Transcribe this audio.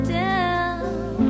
down